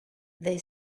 they